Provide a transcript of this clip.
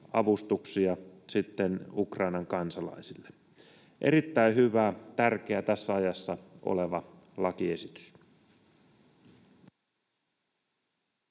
avustuksia Ukrainan kansalaisille. Erittäin hyvä, tärkeä, tässä ajassa oleva lakiesitys.